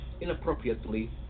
inappropriately